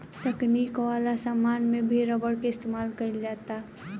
तकनीक वाला समान में भी रबर के इस्तमाल कईल जाता